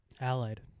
Allied